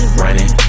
running